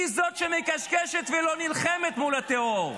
היא זאת שמקשקשת ולא נלחמת מול הטרור.